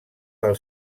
del